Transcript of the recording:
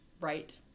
right